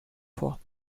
vor